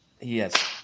Yes